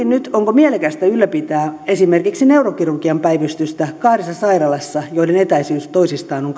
nyt onko mielekästä ylläpitää esimerkiksi neurokirurgian päivystystä kahdessa sairaalassa joiden etäisyys toisistaan